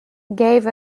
gave